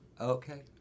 Okay